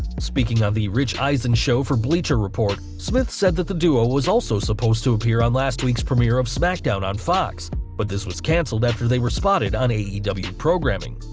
speaking on the rich eisen show for bleacher report, smith said that the duo was also supposed to appear on last week's premiere of smackdown on fox but this was canceled after they were spotted on aew programming.